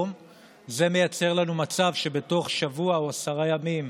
זה מייצר לנו מצב שבתוך שבוע או עשרה ימים,